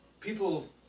people